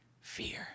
fear